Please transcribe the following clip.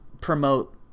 promote